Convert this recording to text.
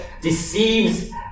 deceives